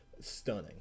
stunning